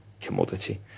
commodity